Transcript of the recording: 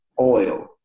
oil